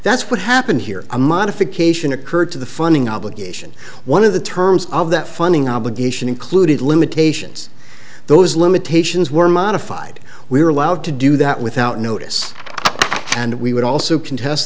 that's what happened here a modification occurred to the funding obligation one of the terms of that funding obligation included limitations those limitations were modified we were allowed to do that without notice and we would also contest